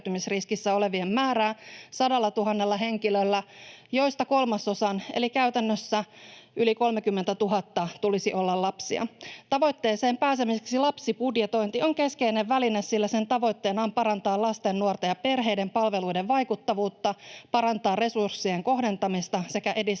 olevien määrää 100 000 henkilöllä, joista kolmasosan eli käytännössä yli 30 000:n tulisi olla lapsia. Tavoitteeseen pääsemiseksi lapsibudjetointi on keskeinen väline, sillä sen tavoitteena on parantaa lasten, nuorten ja perheiden palveluiden vaikuttavuutta, parantaa resurssien kohdentamista sekä edistää